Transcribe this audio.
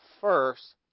first